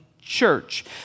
church